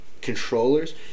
controllers